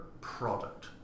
product